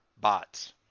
bots